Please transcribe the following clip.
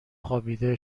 خوابیده